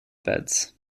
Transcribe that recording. beds